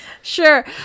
Sure